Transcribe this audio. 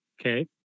Okay